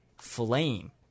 flame